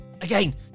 Again